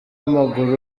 w’amaguru